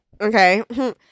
Okay